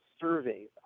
surveys